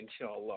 inshallah